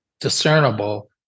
discernible